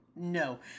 No